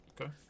Okay